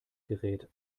gerät